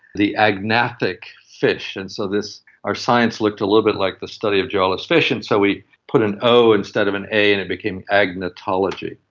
the agnathic fish, and so our science looked a little bit like the study of jawless fish, and so we put an o instead of an a and it became agnotology,